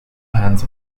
hands